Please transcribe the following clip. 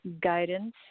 guidance